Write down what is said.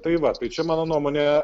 tai va tai čia mano nuomone